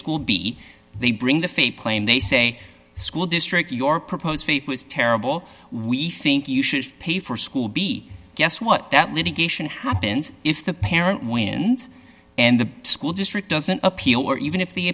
school b they bring the faith claim they say school district your proposed date was terrible we think you should pay for school b guess what that litigation happens if the parent wins and the school district doesn't appeal or even if the